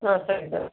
ಹಾಂ ಸರಿ ಸರ್